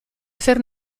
zer